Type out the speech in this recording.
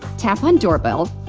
tap on doorbell,